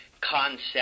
concept